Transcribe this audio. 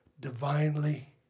divinely